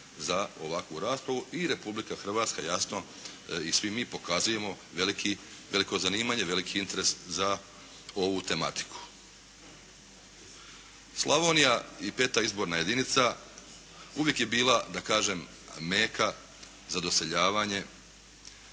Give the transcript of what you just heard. za ovakvu raspravu i Republika Hrvatska jasno i svi mi pokazujemo veliki, veliko zanimanje, veliki interes za ovu tematiku. Slavonija i 5. izborna jedinica uvijek je bila da kažem meka za doseljavanje